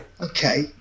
Okay